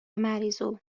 مریضو